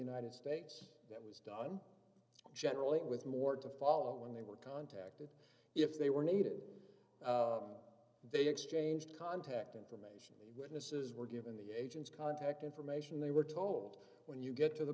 united states that was done generally with more to follow when they were contacted if they were needed they exchanged contact information witnesses were given the agents contact information they were told when you get to the